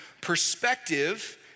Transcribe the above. perspective